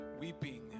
weeping